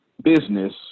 business